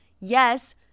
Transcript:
yes